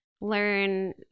learn